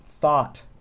thought